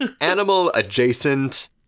animal-adjacent